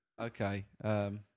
Okay